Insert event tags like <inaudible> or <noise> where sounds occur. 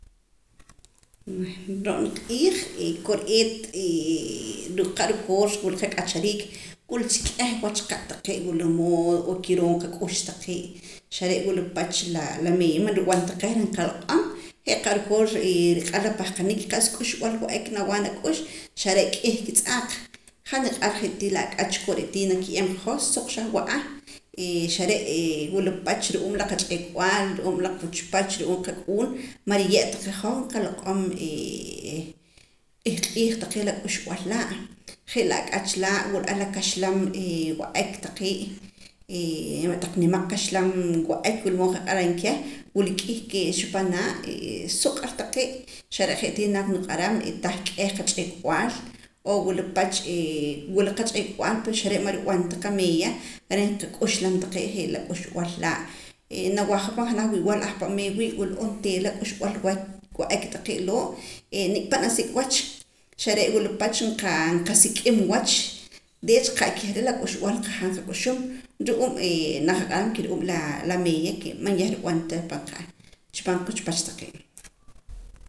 Ro'na q'iij kore'eet <hesitation> qa' rukoor wula qak'achariik wula cha k'ieh wach qa' taqeee' wula mood o kiroo nqak'ux taqee' xare' wula pach la meeya man rib'an ta qeh reh nqaloq'om je' qa' rukoor <hesitation> nriq'ar la pahqanik qa'sa k'uxb'al wa'ak nawaa nak'ux xare' k'ih kitz'aaq han niq'ar je' tii la ak'ach kore' tii naak kiye'em weh hoj suq xahwa'a xare' wula pach ru'uum qach'ekb'aal ru'uum la quchpach ru'uum qak'uun man nriye'ta qeh hoj nqaloq'om <hesitation> q'iij q'iij taqee' la k'uxb'al laa' je' la ak'ach laa' wula ar la kaxlam wa'ek taqee' <hesitation> ma' taq nimaq kaxlam wa'ak wula mood nqaq'aram keh wila k'ih keexa pa naa' suq ar taqqee' xare' je' tii naak nuq'aram tah k'ieh qach'ekb'aal o wula pach wula qach'eb'aal xare' man rib'an ta qameeya reh nqak'uxlam je' la k'uxb'al laa' nawaaja pan janaj wii'wal ahpa' meer wii' wula onteera la k'uxb'al wa'ak taqee' loo' nik'pa' nasik' wach xare' wula pach nqa nqasik'im wach deech qa'keh re' la k'uxb'al nqajaam nqak'uxum ru'um naqaq'aram ke ru'um la meeya ke man yah nrib'an ta pan qa chi paa quxpach taqee'